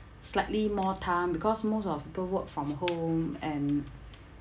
slightly more time because most of people work from home and